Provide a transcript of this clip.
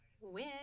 Win